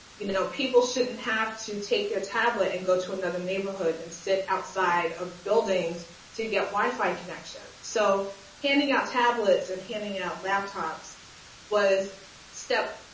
you know, people shouldn't have to take their tablet and go to another neighborhood and sit outside of buildings to get wi fi connection. so handing out tablets and handing out laptops was step,